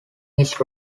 his